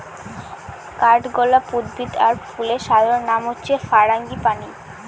কাঠগলাপ উদ্ভিদ আর ফুলের সাধারণ নাম হচ্ছে ফারাঙ্গিপানি